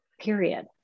Period